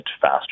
faster